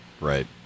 Right